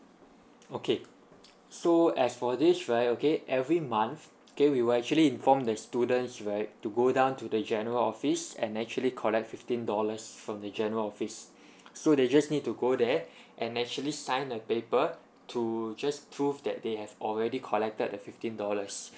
okay so as for this right okay every month okay we will actually inform the students right to go down to the general office and actually collect fifteen dollars from the general office so they just need to go there and actually signed a paper to just prove that they have already collected the fifteen dollars